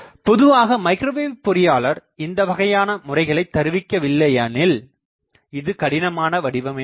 பொதுவாக மைக்ரோவேவ் பொறியாளர் இந்த வகையானமுறைகளைத் தருவிக்கவில்லையானில் இது கடினமான வடிவமைப்பாகும்